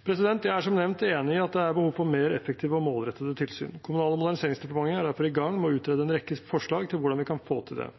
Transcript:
Jeg er som nevnt enig i at det er behov for mer effektive og målrettede tilsyn. Kommunal- og moderniseringsdepartementet er derfor i gang med å utrede en rekke forslag til hvordan vi kan få til det.